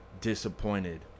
disappointed